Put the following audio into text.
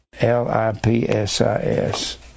L-I-P-S-I-S